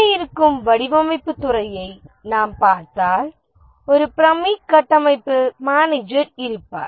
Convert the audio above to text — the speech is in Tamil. உள்ளே இருக்கும் வடிவமைப்புத் துறையை நாம் பார்த்தால் ஒரு பிரமிடு கட்டமைப்பில் மேனேஜர் இருப்பார்